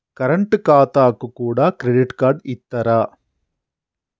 Current ఖాతాకు కూడా credit card ఇత్తరా?